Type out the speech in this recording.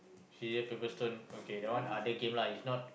scissor paper stone okay that one other game if not